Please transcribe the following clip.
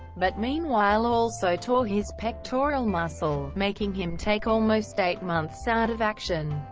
but meanwhile also tore his pectoral muscle, making him take almost eight months out of action.